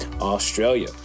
Australia